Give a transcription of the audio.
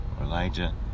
Elijah